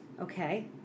okay